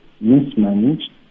mismanaged